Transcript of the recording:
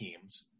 teams